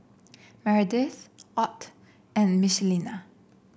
Meredith Ott and Michelina